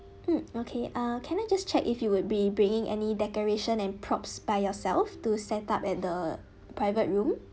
mm okay uh can I just check if you would be bringing any decoration and props by yourself to set up at the private room